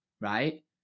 right